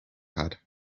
had